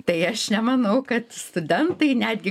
tai aš nemanau kad studentai netgi